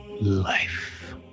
life